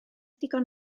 digon